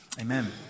amen